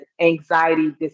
anxiety